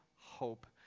hope